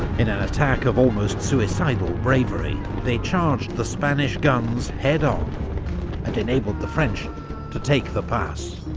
in an attack of almost suicidal bravery, they charged the spanish guns head-on and enabled the french to take the pass.